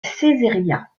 ceyzériat